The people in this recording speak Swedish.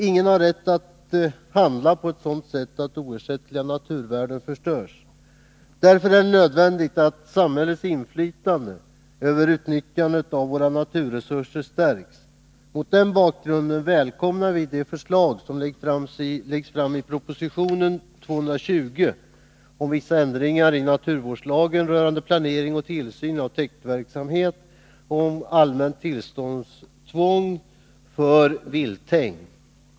Ingen har rätt att handla på ett sådant sätt att oersättliga naturvärden förstörs. Därför är det nödvändigt att samhällets inflytande över utnyttjandet av våra naturresurser stärks. Mot den bakgrunden välkomnar vi de förslag som läggs fram i proposition 1981/82:220 om vissa ändringar i naturvårdslagen, rörande planering och tillsyn av täktverksamhet samt om införande av ett allmänt tillståndstvång för vilthägn.